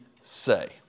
say